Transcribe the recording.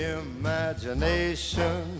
imagination